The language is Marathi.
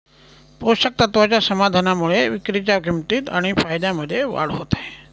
पोषक तत्वाच्या समाधानामुळे विक्रीच्या किंमतीत आणि फायद्यामध्ये वाढ होत आहे